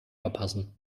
verpassen